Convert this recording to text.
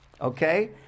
okay